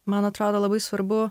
man atrodo labai svarbu